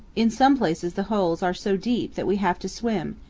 in some places the holes are so deep that we have to swim,